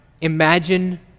imagine